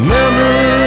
Memories